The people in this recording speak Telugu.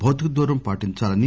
భౌతికదూరం పాటించాలని